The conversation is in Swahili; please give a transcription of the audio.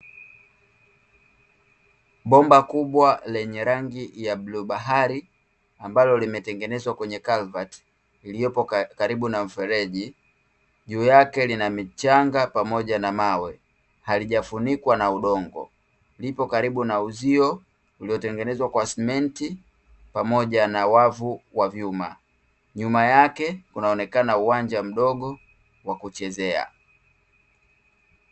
Bomba kubwa lenye rangi ya bluu bahari ambalo limetengenezwa kwenye kalvati iliyopo karibu na mfereji. Juu yake lina michanga pamoja na mawe, halijafunikwa na udongo, lipo karibu na uzio uliotengenezwa kwa simenti pamoja na wavu wa vyuma. Nyuma yake kunaonekana uwanja mdogo wa kuchezea.